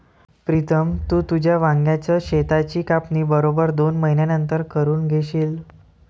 प्रीतम, तू तुझ्या वांग्याच शेताची कापणी बरोबर दोन महिन्यांनंतर करून घेशील